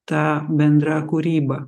ta bendra kūryba